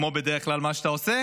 כמו מה שאתה עושה